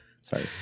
Sorry